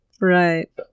Right